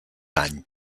any